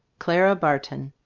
clara barton.